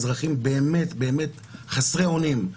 האזרחים באמת באמת חסרי אונים,